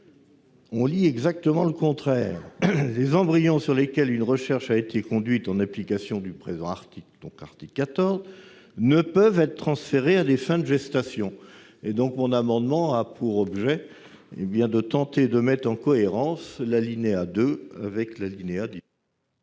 on lit exactement le contraire :« Les embryons sur lesquels une recherche a été conduite, en application du présent article, ne peuvent être transférés à des fins de gestation. » Cela n'a rien à voir ! Mon amendement a pour objet de tenter de mettre en cohérence l'alinéa 2 avec l'alinéa 19